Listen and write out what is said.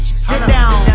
sit down